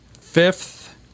fifth